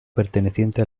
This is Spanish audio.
perteneciente